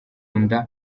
nda